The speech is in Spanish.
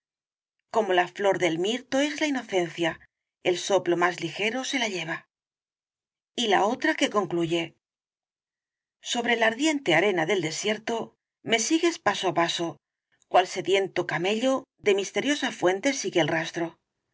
como la flor del mirto es la inocencia el soplo más ligero se la lleva y la otra que concluye sobre la ardiente arena del desierto me sigues paso á paso cual sediento camello de misteriosa fuente sigue el rastro